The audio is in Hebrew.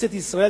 ככנסת ישראל,